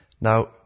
Now